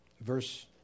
verse